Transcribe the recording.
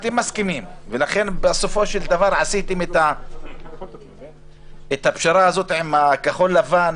לכן בסופו של דבר עשיתם את הפשרה הזאת עם כחול לבן,